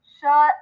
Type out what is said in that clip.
Shut